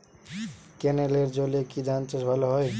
ক্যেনেলের জলে কি ধানচাষ ভালো হয়?